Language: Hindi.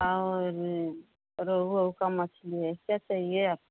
और रोहू ओहू का मछली है इससे अच्छा ये आपका